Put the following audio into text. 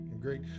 great